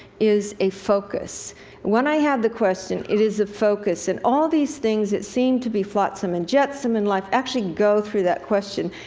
is a focus. and when i have the question, it is a focus. and all these things that seem to be flotsam and jetsam in life actually go through that question,